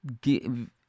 give